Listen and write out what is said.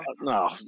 no